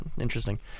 Interesting